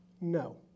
no